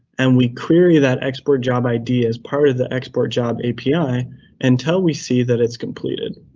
and we query that expert job id as part of the export job api until we see that it's completed.